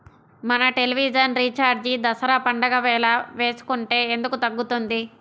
మన television recharge Dasara పండగ వేళ వేసుకుంటే ఎందుకు తగ్గుతుంది?